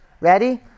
Ready